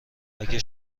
اگه